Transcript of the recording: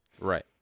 Right